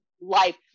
life